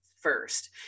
first